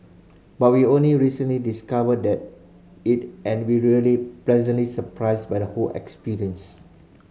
but we only recently discovered that it and were really pleasantly surprised by the whole experience